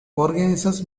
organises